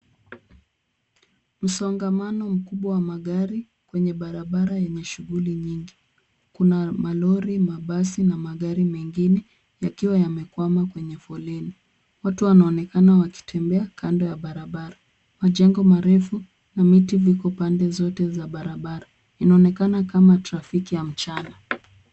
Msongamano mkubwa wa magari kwenye barabara yenye shughuli nyingi. Kuna malori, mabasi na magari mengine yakiwa yamekwama kwenye foleni. Watu wanaonekana wakitembea kando ya barabara. Majengo marefu na miti viko pande zote za barabara. Inaonekana kama trafiki ya mchana.